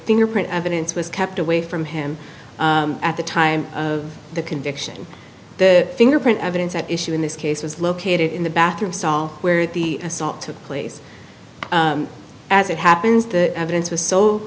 fingerprint evidence was kept away from him at the time of the conviction the fingerprint evidence at issue in this case was located in the bathroom stall where the assault took place as it happens the evidence was so